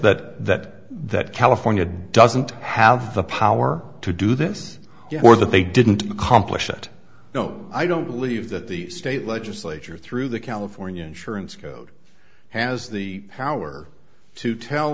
that that california doesn't have the power to do this or that they didn't accomplish it no i don't believe that the state legislature through the california insurance code has the power to tell